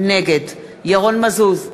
נגד ירון מזוז,